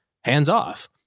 hands-off